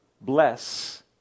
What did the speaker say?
Bless